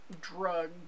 drug